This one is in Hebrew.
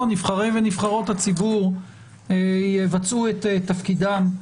נבחרי ונבחרות הציבור יבצעו את תפקידם,